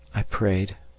i prayed,